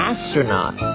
Astronaut